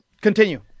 Continue